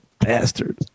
bastard